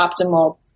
optimal